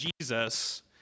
Jesus